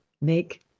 make